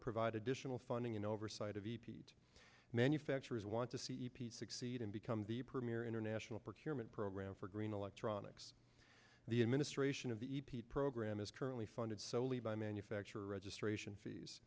provide additional funding and oversight of epeat manufacturers want to see e p succeed and become the premier international park human program for green electronics the administration of the e p program is currently funded solely by manufacturer registration fees